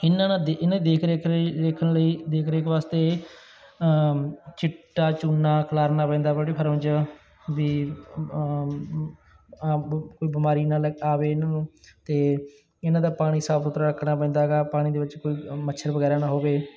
ਇਹਨਾਂ ਨਾਲ ਇਹਨਾਂ ਦੀ ਦੇਖ ਰੇਖ ਵੇਖਣ ਲਈ ਦੇਖ ਰੇਖ ਵਾਸਤੇ ਚਿੱਟਾ ਚੂਨਾ ਖਿਲਾਰਨਾ ਪੈਂਦਾ ਪੋਲਟਰੀ ਫਾਰਮ 'ਚ ਵੀ ਕੋਈ ਬਿਮਾਰੀ ਨਾਲ ਲੱਗੇ ਆਵੇ ਇਹਨਾਂ ਨੂੰ ਅਤੇ ਇਹਨਾਂ ਦਾ ਪਾਣੀ ਸਾਫ ਸੁਥਰਾ ਰੱਖਣਾ ਪੈਂਦਾ ਹੈਗਾ ਪਾਣੀ ਦੇ ਵਿੱਚ ਕੋਈ ਮੱਛਰ ਵਗੈਰਾ ਨਾ ਹੋਵੇ